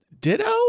Ditto